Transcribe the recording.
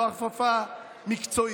לא הכפפה מקצועית.